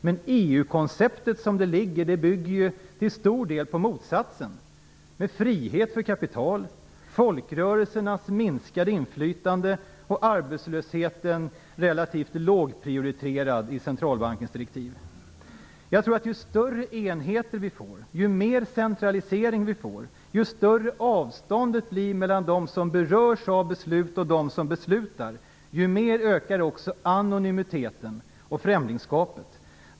Men EU-konceptet som det ligger bygger ju till stor del på motsatsen - frihet för kapitalet, folkrörelsernas minskade inflytande och en relativt låg prioritering av kampen mot arbetslösheten i centralbankens direktiv. Jag tror att ju större enheter och ju mer av centralisering som vi får, ju större avståndet blir mellan dem som berörs av beslut och dem som beslutar, desto mer ökar också anonymiteten och främlingskapet.